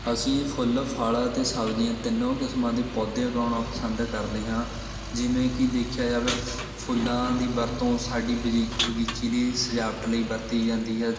ਅਸੀਂ ਫੁੱਲ ਫਲ਼ ਅਤੇ ਸਬਜ਼ੀਆਂ ਤਿੰਨੋਂ ਕਿਸਮਾਂ ਦੇ ਪੌਦੇ ਉਗਾਉਣਾ ਪਸੰਦ ਕਰਦੇ ਹਾਂ ਜਿਵੇਂ ਕਿ ਦੇਖਿਆ ਜਾਵੇ ਫੁ ਫੁੱਲਾਂ ਦੀ ਵਰਤੋਂ ਸਾਡੀ ਬਜ਼ੀ ਬਗੀਚੀ ਲਈ ਸਜਾਵਟ ਲਈ ਵਰਤੀ ਜਾਂਦੀ ਹੈ